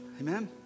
Amen